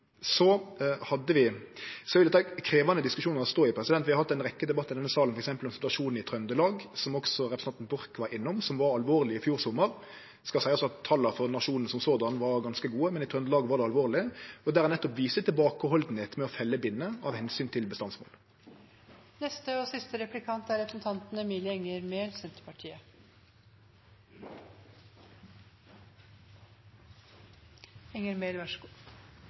Så er dette krevjande diskusjonar å stå i. Vi har hatt ei rekkje debattar i denne salen, f.eks. om situasjonen i Trøndelag, som også representanten Borch var innom, som var alvorleg i fjor sommar. Det skal seiast at tala for nasjonen var ganske gode, men i Trøndelag var det alvorleg, og der er ein nettopp tilbakehalden med å felle binner av omsyn til